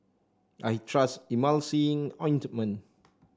I trust Emulsying Ointment